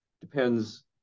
depends